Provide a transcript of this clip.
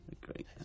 Great